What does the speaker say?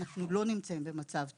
אנחנו לא נמצאים במצב טוב.